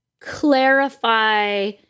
clarify